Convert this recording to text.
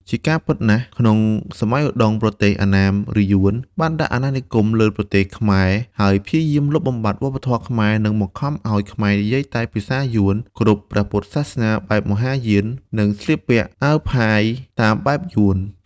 ជាការពិតណាស់ ក្នុងសម័យឧដុង្គ ប្រទេសអណ្ណាម ឬយួន បានដាក់អាណានិគមលើប្រទេសខ្មែរ ហើយព្យាយាមលុបបំបាត់វប្បធម៌ខ្មែរ ដោយបង្ខំឱ្យខ្មែរនិយាយតែភាសាយួន គោរពព្រះពុទ្ធសាសនាបែបមហាយាន និងស្លៀកពាក់អាវផាយតាមបែបយួន។